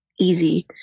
easy